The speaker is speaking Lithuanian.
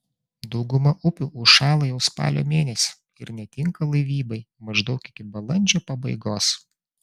dauguma upių užšąla jau spalio mėnesį ir netinka laivybai maždaug iki balandžio pabaigos